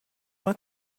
uma